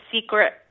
secret